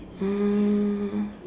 um